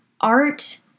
art